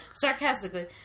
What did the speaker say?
Sarcastically